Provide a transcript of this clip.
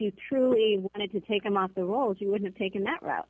you truly wanted to take him off the road you would have taken that route